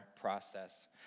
process